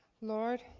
Lord